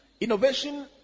Innovation